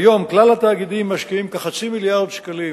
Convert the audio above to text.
כיום, כלל התאגידים משקיעים כחצי מיליארד שקלים